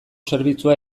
zerbitzua